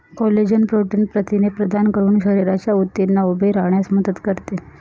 collagen protein प्रथिने प्रदान करून शरीराच्या ऊतींना उभे राहण्यास मदत करते